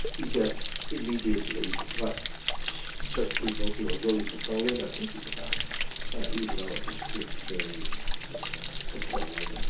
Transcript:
you get immediately what certain people who are willing to call in are thinking about even though it's it's very controlled and